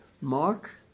Mark